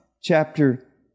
chapter